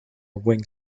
wing